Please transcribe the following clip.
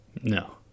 No